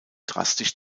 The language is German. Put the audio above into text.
drastisch